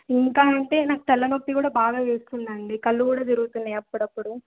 ఇంకా అంటే నాకు తలనొప్పి కూడా బాగా వేస్తుంది అండి కళ్ళు కూడా తిరుగుతున్నాయి అప్పుడప్పుడు